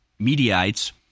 mediaites –